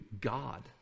God